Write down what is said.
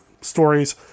stories